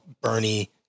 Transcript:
Bernie